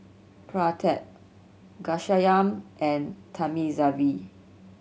Pratap Ghanshyam and Thamizhavel